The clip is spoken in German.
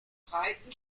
breiten